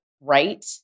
right